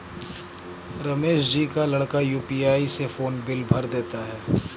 रमेश जी का लड़का यू.पी.आई से फोन बिल भर देता है